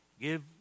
Give